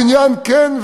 בניין כן,